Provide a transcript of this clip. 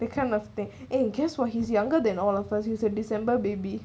that kind of thing and guess what he's younger than all of us he's a december baby